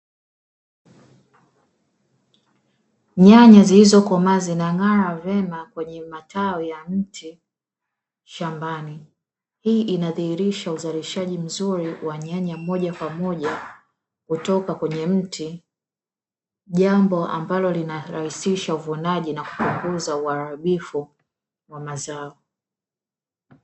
Nyanya zilizokomaa zinang'ara vyema kwenye matawi ya mti shambani, hii inadhihirisha uzalishaji mzuri wa nyanya moja kwa moja kutoka kwenye mti jambo ambalo lina rahisisha uvunaji na kupunguza uharibifu wa mazao.